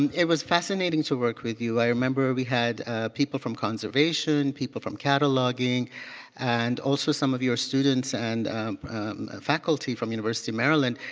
and it was fascinating to work with you. i remember we had people from conservation, people from cataloging and also some of your students and faculty from university of maryland.